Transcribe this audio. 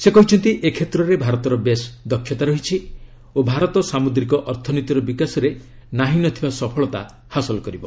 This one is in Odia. ସେ କହିଛନ୍ତି ଏ କ୍ଷେତ୍ରରେ ଭାରତର ବେଶ୍ ଦକ୍ଷତା ରହିଛି ଓ ଭାରତ ସାମୁଦ୍ରିକ ଅର୍ଥନୀତିର ବିକାଶରେ ନାହିଁ ନ ଥିବା ସଫଳତା ହାସଲ କରିବ